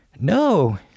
no